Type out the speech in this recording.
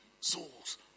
Souls